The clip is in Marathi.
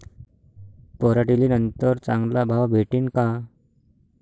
पराटीले नंतर चांगला भाव भेटीन का?